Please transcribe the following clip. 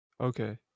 Okay